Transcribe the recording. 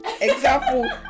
example